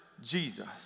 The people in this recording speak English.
Jesus